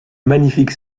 magnifique